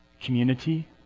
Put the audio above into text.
community